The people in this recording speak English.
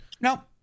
No